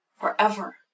forever